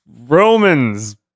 Romans